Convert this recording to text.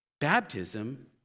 baptism